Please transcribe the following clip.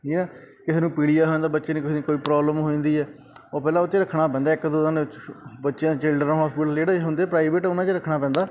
ਠੀਕ ਹੈ ਕਿਸੇ ਨੂੰ ਪੀਲੀਆ ਹੋ ਜਾਂਦਾ ਬੱਚੇ ਨੂੰ ਕਿਸੇ ਨੂੰ ਕੋਈ ਪ੍ਰੋਬਲਮ ਹੋ ਜਾਂਦੀ ਹੈ ਉਹ ਪਹਿਲਾਂ ਉਹ 'ਚ ਰੱਖਣਾ ਪੈਂਦਾ ਇੱਕ ਦੋ ਦਿਨ ਬੱਚਿਆਂ ਦੇ ਚਿਲਡਰਨ ਹੋਸਪੀਟਲ ਜਿਹੜੇ ਹੁੰਦੇ ਪ੍ਰਾਈਵੇਟ ਉਹਨਾਂ 'ਚ ਰੱਖਣਾ ਪੈਂਦਾ